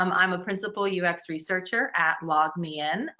um i'm a principle us researcher at log me in.